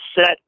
set